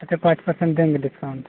अच्छा पाँच परसेंट देंगे डिस्काउंट